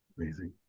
Amazing